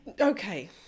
Okay